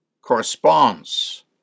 corresponds